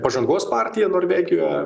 pažangos partija norvegijoje